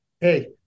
hey